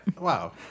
Wow